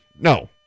No